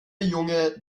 junge